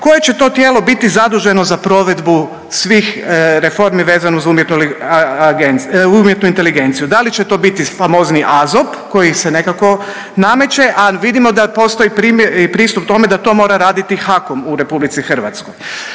koje će to tijelo biti zaduženo za provedbu svih reformi vezano uz umjetnu inteligenciju, da li će to biti famozni AZOP koji se nekako nameće, a vidimo da postoji .../nerazumljivo/... pristup tome da to mora raditi HAKOM u RH. Ono što